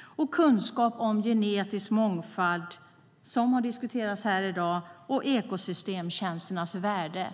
och kunskap om genetisk mångfald, som har diskuterats här i dag, och ekosystemstjänsternas värde.